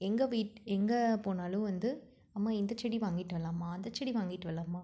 எங்கே வீட் எங்கே போனாலும் வந்து அம்மா இந்தச் செடி வாங்கிட்டு வரலாம்மா அந்தச் செடி வாங்கிட்டு வரலாம்மா